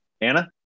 Anna